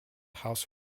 house